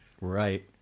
Right